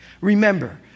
Remember